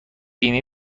بیمه